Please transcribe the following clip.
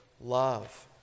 love